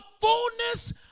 fullness